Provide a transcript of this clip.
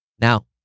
Now